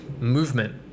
movement